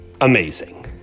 amazing